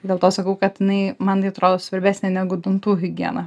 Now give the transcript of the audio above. dėl to sakau kad jinai man jinai atrodo svarbesnė negu dantų higiena